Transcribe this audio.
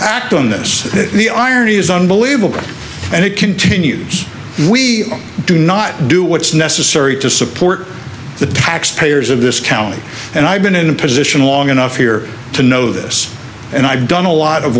irony is unbelievable and it continues we do not do what's necessary to support the taxpayers of this county and i've been in a position long enough here to know this and i've done a lot of